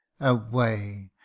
away